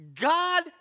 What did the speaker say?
God